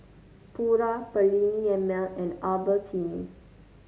Pura Perllini and Mel and Albertini